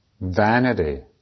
vanity